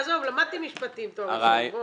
עזוב, למדתי לתואר ראשון, בוא.